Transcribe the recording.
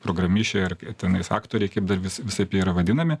programišiai ar tenais aktoriai kaip dar vis visaip jie yra vadinami